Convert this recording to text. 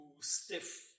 stiff